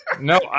No